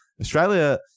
Australia